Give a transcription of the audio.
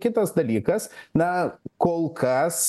kitas dalykas na kol kas